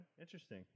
Interesting